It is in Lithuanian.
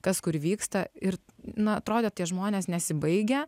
kas kur vyksta ir na atrodė tie žmonės nesibaigia